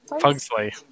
Pugsley